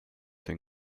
den